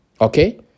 Okay